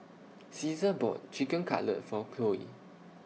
Caesar bought Chicken Cutlet For Cloe